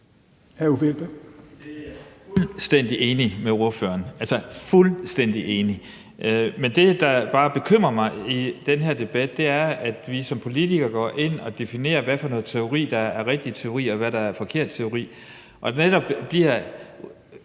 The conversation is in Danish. Jeg er fuldstændig enig med ordføreren. Men det, der bare bekymrer mig i den her debat, er, at vi som politikere går ind og definerer, hvilken teori der er den rigtige teori, og hvilken der er den forkerte teori,